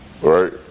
right